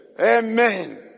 Amen